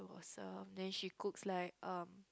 awesome then she cooks like um